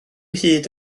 hyd